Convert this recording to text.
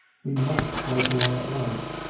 we must break away at once.